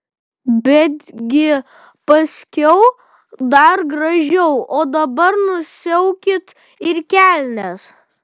betgi paskiau dar gražiau o dabar nusiaukit ir kelnes